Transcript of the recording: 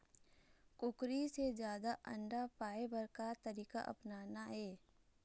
कुकरी से जादा अंडा पाय बर का तरीका अपनाना ये?